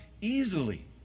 easily